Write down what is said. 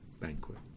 banquet